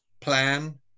plan